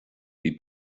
bhí